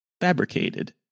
fabricated